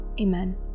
Amen